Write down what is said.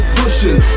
pushing